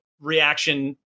reaction